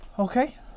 Okay